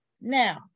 now